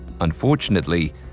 Unfortunately